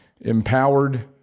empowered